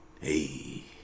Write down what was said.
Hey